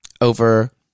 over